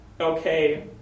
okay